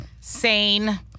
sane